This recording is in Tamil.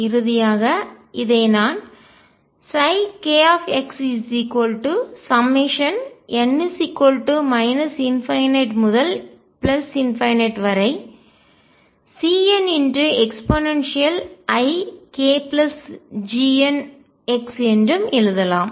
இறுதியாக இதை நான் kxn ∞CneikGnx என்றும் எழுதலாம்